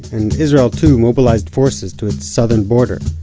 and israel too mobilized forces to its southern border.